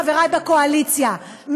חברי בקואליציה,